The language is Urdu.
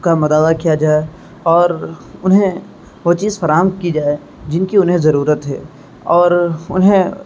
کا مداوا کیا جائے اور انہیں وہ چیز فراہم کی جائے جن کی انہیں ضرورت ہے اور انہیں